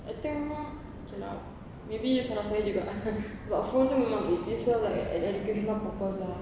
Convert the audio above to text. I think okay lah maybe salah saya juga sebab phone tu memang it serves like an educational purpose lah